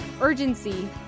urgency